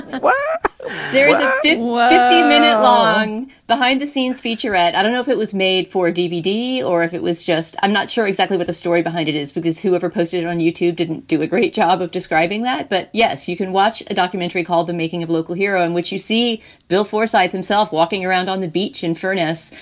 and there is um a big fifty minute long behind the scenes featurette. i don't know if it was made for dvd or if it was just. i'm not sure exactly what the story behind it is because whoever posted it on youtube didn't do a great job of describing that. but yes, you can watch a documentary called the making of local hero, in which you see bill foresight himself walking around on the beach in furness,